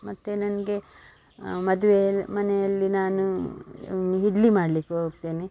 ಮತ್ತು ನನಗೆ ಮದುವೆ ಮನೆಯಲ್ಲಿ ನಾನು ಇಡ್ಲಿ ಮಾಡ್ಲಿಕ್ಕೆ ಹೋಗ್ತೇನೆ